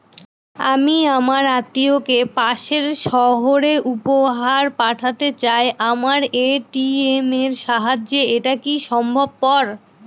আমি আমার আত্মিয়কে পাশের সহরে উপহার পাঠাতে চাই আমার এ.টি.এম এর সাহায্যে এটাকি সম্ভবপর?